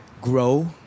grow